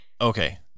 Okay